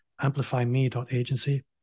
amplifyme.agency